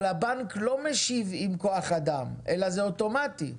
אבל הבנק לא משיב באמצעות כוח אדם אלא זה אוטומטי.